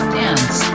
dance